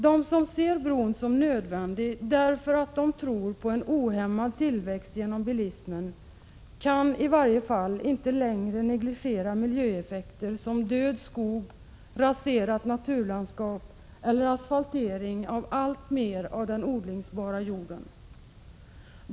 De som ser bron som nödvändig därför att de tror på en ohämmad tillväxt genom bilismen kan i varje fall inte längre negligera miljöeffekter som död skog, raserat naturlandskap eller asfaltering av alltmer av den odlingsbara jorden.